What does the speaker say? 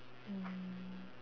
mm